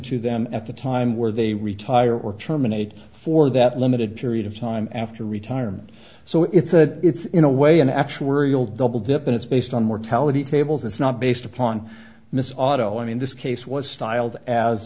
to them at the time where they retire or terminate for that limited period of time after retirement so it's a it's in a way an actuarial double dip and it's based on mortality tables it's not based upon misato i mean this case was styled as